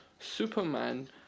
Superman